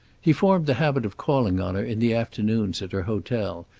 he formed the habit of calling on her in the afternoons at her hotel,